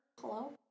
Hello